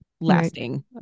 lasting